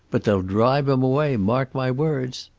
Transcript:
but they'll drive him away, mark my words.